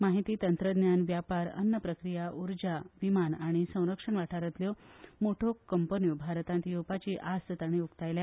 माहिती तंत्रज्ञान वेपार अन्न प्रक्रीया ऊर्जा विमान आनी संरक्षण वाठारातल्यो मोठ्यो कंपन्यो भारतात येवपाची आस्त तांणी उक्तायल्या